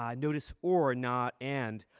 um notice or not and.